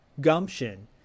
gumption